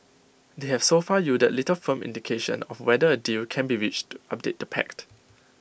they have so far yielded little firm indication of whether A deal can be reached to update the pact